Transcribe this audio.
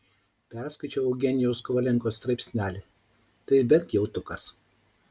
perskaičiau eugenijaus kovalenkos straipsnelį tai bent jautukas